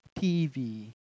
TV